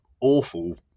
awful